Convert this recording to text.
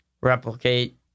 replicate